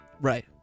Right